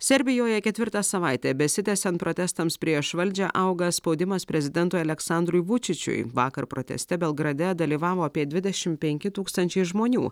serbijoje ketvirtą savaitę besitęsiant protestams prieš valdžią auga spaudimas prezidentui aleksandrui vučičiui vakar proteste belgrade dalyvavo apie dvidešim penki tūkstančiai žmonių